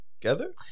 together